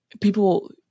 people